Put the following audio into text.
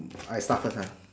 I start first ah